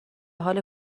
حال